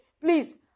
please